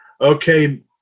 Okay